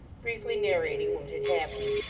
briefly narrating what had happened,